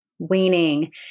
Weaning